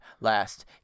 last